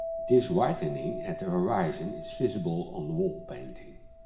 this whitening at the horizon is visible on the wall painting